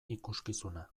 ikuskizuna